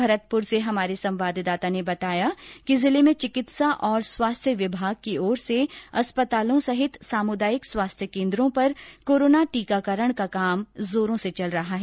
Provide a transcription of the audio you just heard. भरतपुर से हमारे संवाददाता ने बताया कि जिले में चिकित्सा और स्वास्थ्य विभाग की ओर से अस्पतालों सहित सामुदायिक स्वास्थ्य केन्द्रों पर कोरोना टीकाकरण का काम जोरों पर चल रहा है